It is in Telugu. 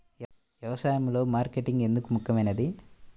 వ్యసాయంలో మార్కెటింగ్ ఎందుకు ముఖ్యమైనది?